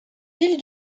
ville